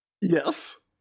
Yes